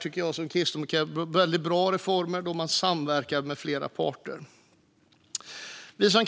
tycker jag att detta är en väldigt bra reform, fru talman, då flera parter samverkar.